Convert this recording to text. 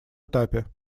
этапе